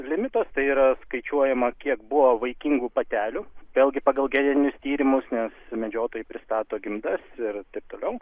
limitas tai yra skaičiuojama kiek buvo vaikingų patelių vėlgi pagal genetinius tyrimus nes medžiotojai pristato gimdas ir taip toliau